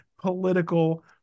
political